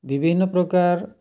ବିଭିନ୍ନ ପ୍ରକାର